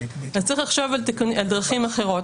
אז צריך לחשוב על דרכים אחרות,